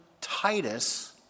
Titus